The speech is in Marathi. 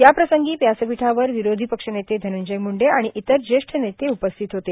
याप्रसंगी व्यासपीठावर विरोषी पक्षनेते षनंजय मुंडे आणि इतर ज्येष्ठ नेते उपस्थित होते